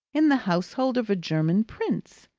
in the household of a german prince.